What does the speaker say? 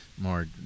more